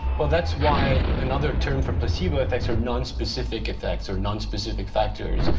well, that's why another term for placebo effects are nonspecific effects, or nonspecific factors.